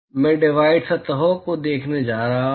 मैं डिवाइड सतहों को देखने जा रहा हूं